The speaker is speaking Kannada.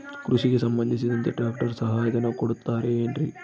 ಕೃಷಿಗೆ ಸಂಬಂಧಿಸಿದಂತೆ ಟ್ರ್ಯಾಕ್ಟರ್ ಸಹಾಯಧನ ಕೊಡುತ್ತಾರೆ ಏನ್ರಿ?